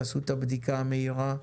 תעשו את הבדיקה המהירה,